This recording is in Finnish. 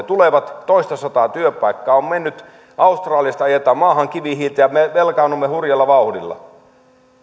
tulevat ja toistasataa työpaikkaa on mennyt australiasta ajetaan maahan kivihiiltä ja me velkaannumme hurjalla vauhdilla